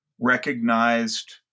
recognized